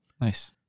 Nice